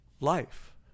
life